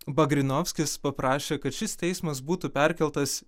bagrinovskis paprašė kad šis teismas būtų perkeltas